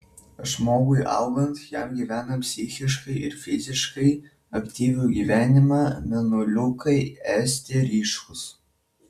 žmogui augant jam gyvenant psichiškai ir fiziškai aktyvų gyvenimą mėnuliukai esti ryškūs